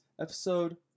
episode